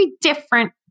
different